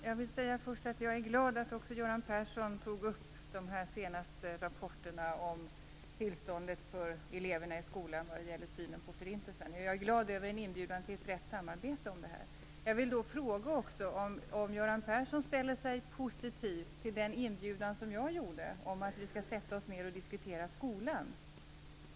Fru talman! Jag är glad att också Göran Persson tog upp de senaste rapporterna om tillståndet för eleverna i skolan i fråga om synen på förintelsen. Jag är glad över en inbjudan till brett samarbete om detta. Ställer sig Göran Persson positiv till den inbjudan jag gjorde om att diskutera skolan?